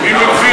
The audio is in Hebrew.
רגע, יש